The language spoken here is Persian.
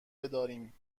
بداریم